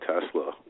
Tesla